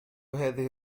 هذه